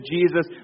Jesus